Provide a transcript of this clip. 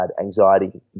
anxiety